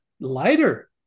lighter